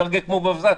מקרקר כמו ברווז,